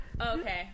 Okay